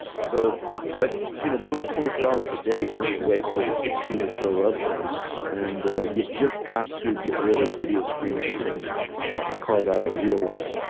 so but you know there is only twenty four hours a day we're only awake for sixteen or so of them and you've just got to get rid of video screen entertainment. and and carve out a real life,